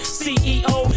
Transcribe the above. ceo